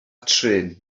trên